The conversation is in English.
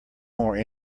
more